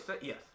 Yes